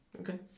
okay